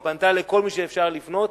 היא פנתה לכל מי שאפשר לפנות,